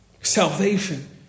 Salvation